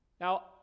Now